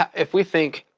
if we think,